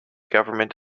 government